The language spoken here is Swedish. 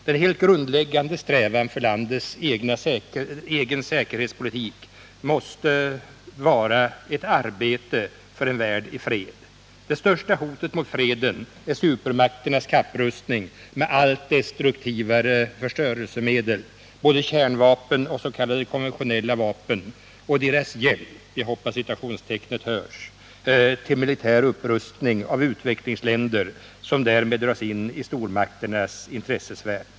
Den helt grundläggande strävan för landets egen säkerhetspolitik måste vara ett arbete för en värld i fred. Det största hotet mot freden är supermakternas kapprustning med allt destruktivare förstörelsemedel, både kärnvapen och s.k. konventionella vapen och deras ”hjälp” — jag hoppas att citationstecknen hörs — till militär upprustning av utvecklingsländer, som därmed dras in i stormakternas intressesfär.